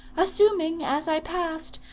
assuming, as i passed,